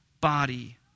body